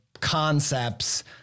concepts